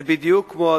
זה בדיוק כמו,